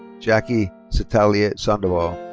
jackie citlali sandoval.